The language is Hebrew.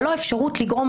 ללא אפשרות לגרום